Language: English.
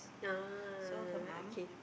ah okay